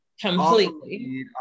Completely